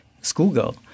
schoolgirl